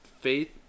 faith